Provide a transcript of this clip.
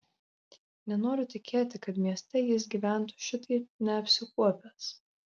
nenoriu tikėti kad mieste jis gyventų šitaip neapsikuopęs